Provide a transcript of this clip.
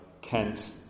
Kent